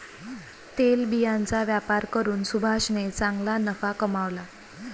तेलबियांचा व्यापार करून सुभाषने चांगला नफा कमावला